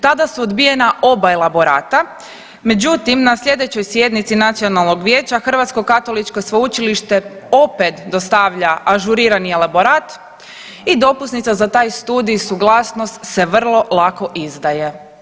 Tada su odbijena oba elaborata, međutim na slijedećoj sjednici nacionalnog vijeća Hrvatsko katoličko sveučilište opet dostavlja ažurirani elaborat i dopusnica za taj studij suglasnost se vrlo lako izdaje.